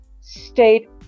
state